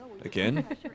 again